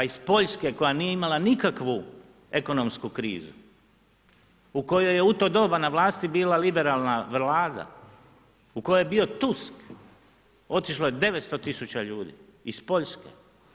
Pa iz Poljske koja nije imala nikakvu ekonomsku krizu u kojoj je u to doba na vlasti bila liberalna vlada, u kojoj je bio Tusk, otišlo je 900 000 ljudi, iz Poljske.